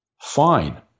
Fine